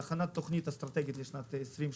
הכנת תכנית אסטרטגית לשנת 2030